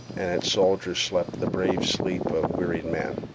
and its soldiers slept the brave sleep of wearied men.